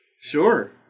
Sure